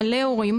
מלא הורים,